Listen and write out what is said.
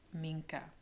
Minka